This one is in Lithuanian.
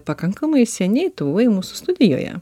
pakankamai seniai tu buvai mūsų studijoje